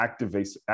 activates